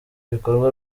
ibikorwa